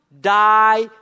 die